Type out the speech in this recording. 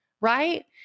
right